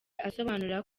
asobanura